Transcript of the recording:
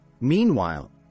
Meanwhile